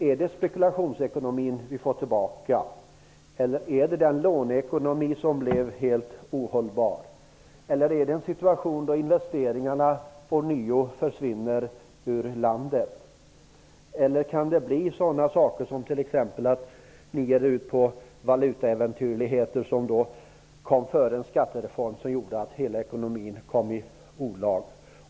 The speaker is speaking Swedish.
Är det spekulationsekonomin vi i så fall får tillbaka, eller är det den låneekonomi som blev helt ohållbar? Blir det fråga om en situation då investeringarna ånyo försvinner ur landet, eller kan ni komma att ge er ut på valutaäventyrligheter liknande dem före skattereformen, som gjorde att hela ekonomin kom i olag?